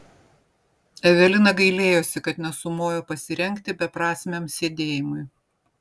evelina gailėjosi kad nesumojo pasirengti beprasmiam sėdėjimui